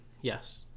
Yes